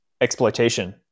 exploitation